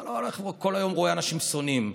אתה לא הולך וכל היום רואה אנשים שונאים.